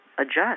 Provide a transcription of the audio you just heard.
adjust